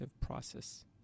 process